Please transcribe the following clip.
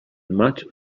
maig